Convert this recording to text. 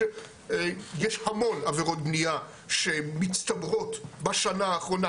שיש המון עבירות בנייה שמצטברות בשנה האחרונה,